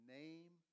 name